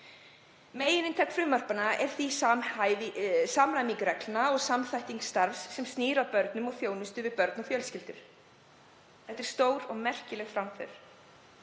Megininntak frumvarpanna er því samræming reglna og samþætting starfs sem snýr að börnum og þjónustu við börn og fjölskyldur. Þetta er stór og merkileg framför.